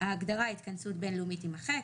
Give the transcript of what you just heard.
ההגדרה "התכנסות בין-לאומית" תימחק,